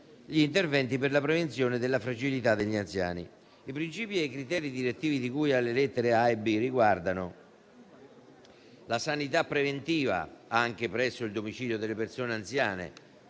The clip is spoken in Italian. gli interventi per la prevenzione della fragilità degli anziani. I principi e i criteri direttivi di cui alle lettere *a)* e *b)* riguardano: la sanità preventiva, anche presso il domicilio delle persone anziane